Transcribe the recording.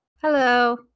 Hello